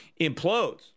implodes